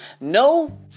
No